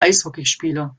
eishockeyspieler